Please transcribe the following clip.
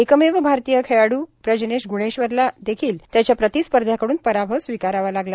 एकमेव भारतीय खेळाडू प्रजनेश ग्नेश्वरनला देखील त्याच्या प्रतिस्पध्र्याकडून पराभव स्वीकारावा लागला